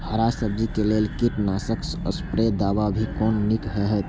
हरा सब्जी के लेल कीट नाशक स्प्रै दवा भी कोन नीक रहैत?